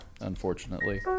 unfortunately